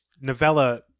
novella